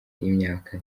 imyaka